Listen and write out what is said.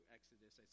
Exodus